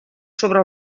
sobre